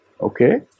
Okay